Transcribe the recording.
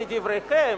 כדבריכם,